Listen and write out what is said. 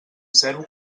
zero